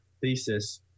thesis